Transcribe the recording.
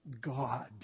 God